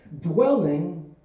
Dwelling